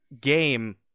game